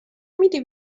میدی